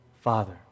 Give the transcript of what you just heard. father